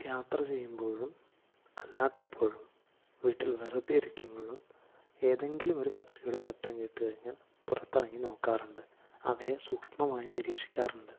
യാത്ര ചെയ്യുമ്പോഴും അല്ലാത്തപ്പോഴും വീട്ടിൽ വെറുതെ ഇരിക്കുമ്പോഴും ഏതെങ്കിലും ഒരു പക്ഷിയുടെ ശബ്ദം കേട്ടു കഴിഞ്ഞാൽ പുറത്തിറങ്ങി നോക്കാറുണ്ട് അവയെ സൂക്ഷ്മമായി നിരീക്ഷിക്കാറുണ്ട്